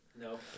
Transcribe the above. No